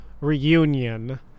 reunion